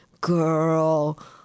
girl